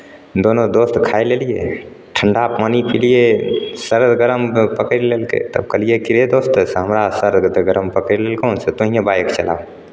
दुनू दोस्त खाए लेलियै ठण्ढा पानी पिलियै सर्द गरम पकड़ि लेलकै तब कहलियै की रे दोस्त अइसा हमरा सर्द गरम पकड़ि लेलकौ से तोँहिए बाइक चला